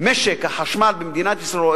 משק החשמל במדינת ישראל,